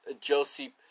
Josip